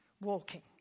walking